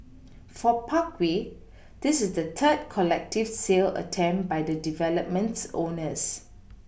for Parkway this is the third collective sale attempt by the development's owners